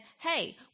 hey